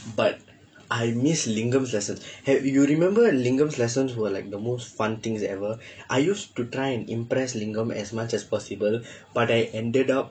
but I miss lingam's lesson ha~ you remember lingam's lessons were like the most fun things ever I used to try and impress lingam as much as possible but I ended up